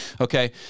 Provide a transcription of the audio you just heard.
Okay